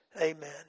Amen